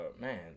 man